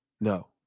No